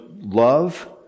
love